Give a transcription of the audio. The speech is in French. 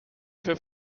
fait